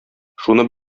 шуны